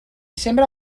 sembre